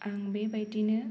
आं बेबायदिनो